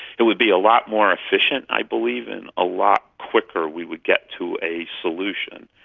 it would be a lot more efficient i believe and a lot quicker we would get to a solution.